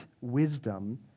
wisdom